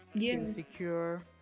insecure